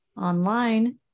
online